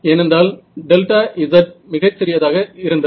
ஏனென்றால் Δz மிகச்சிறியதாக இருந்தது